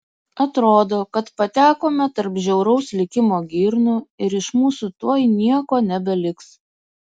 atrodo kad patekome tarp žiauraus likimo girnų ir iš mūsų tuoj nieko nebeliks